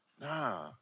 Nah